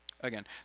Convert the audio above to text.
again